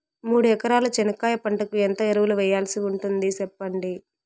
మూడు ఎకరాల చెనక్కాయ పంటకు ఎంత ఎరువులు వేయాల్సి ఉంటుంది సెప్పండి?